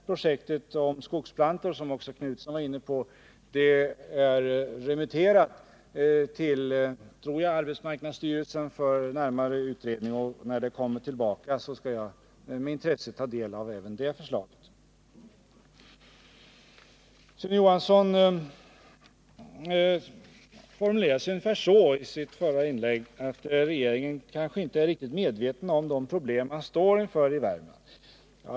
Projektet rörande skogsplantor, som Göthe Knutson var inne på, är remitterat till arbetsmarknadsstyrelsen för närmare utredning, och när det kommer tillbaka skall jag med intresse ta del av även det förslaget. Sune Johansson formulerade sig ungefär så i sitt förra inlägg, att regeringen kanske inte är riktigt medveten om de problem man står inför i Värmland.